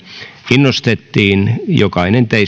innostettiin jokainen